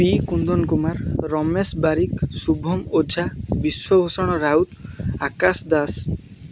P Kundan Kumar Ramesh Barik Subham Ojha Biswabhusan Raut Akash Das